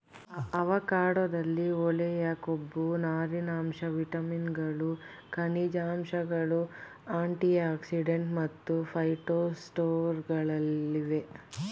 ಅವಕಾಡೊದಲ್ಲಿ ಒಳ್ಳೆಯ ಕೊಬ್ಬು ನಾರಿನಾಂಶ ವಿಟಮಿನ್ಗಳು ಖನಿಜಾಂಶಗಳು ಆಂಟಿಆಕ್ಸಿಡೆಂಟ್ ಮತ್ತು ಫೈಟೊಸ್ಟೆರಾಲ್ಗಳಿವೆ